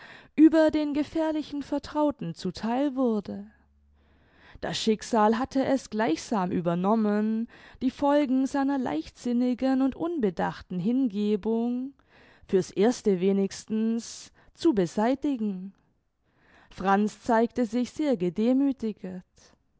über den gefährlichen vertrauten zu theil wurde das schicksal hatte es gleichsam übernommen die folgen seiner leichtsinnigen und unbedachten hingebung für's erste wenigstens zu beseitigen franz zeigte sich sehr gedemüthiget